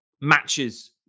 matches